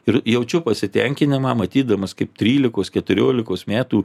ir jaučiu pasitenkinimą matydamas kaip trylikos keturiolikos metų